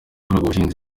ubuhinzi